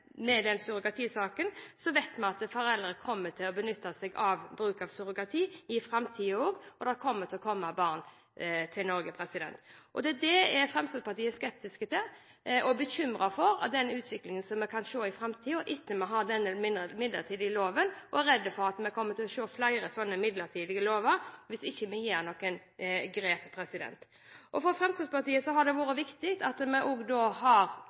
foreldre til å benytte seg av surrogati også i framtiden, og det vil komme barn til Norge. Fremskrittspartiet er skeptisk til og bekymret for utviklingen vi kan komme til å se i framtiden – etter at denne midlertidige loven opphører – og vi er redd for at vi kommer til å se flere slike midlertidige lover hvis vi ikke tar noen grep. For Fremskrittspartiet har det vært viktig at vi også har